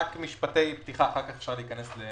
אלה רק משפטי פתיחה, ואחר כך אפשר להיכנס לעומק.